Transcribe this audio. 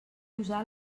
usar